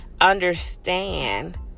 understand